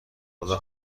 خدا